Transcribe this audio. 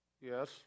Yes